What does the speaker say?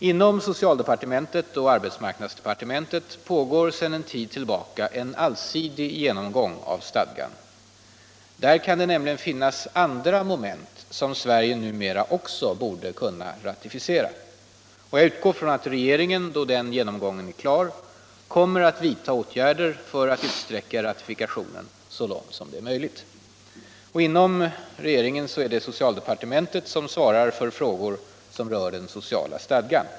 Inom socialdepartementet och arbetsmarknadsdepartementet pågår sedan en tid tillbaka en allsidig genomgång av stadgan. Där kan nämligen finnas andra moment som Sverige numera också borde kunna ratificera. Jag utgår från att regeringen — då den genomgången är klar — kommer att vidta åtgärder för att utsträcka ratifikationen så långt det är möjligt. Inom regeringskansliet är det socialdepartementet som svarar för frågor som rör den sociala stadgan.